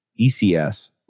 ECS